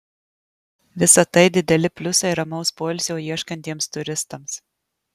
visa tai dideli pliusai ramaus poilsio ieškantiems turistams